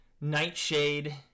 Nightshade